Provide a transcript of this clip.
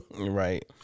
right